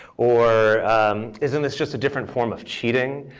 or isn't this just a different form of cheating?